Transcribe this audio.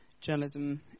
journalism